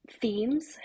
themes